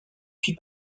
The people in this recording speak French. puis